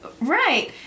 Right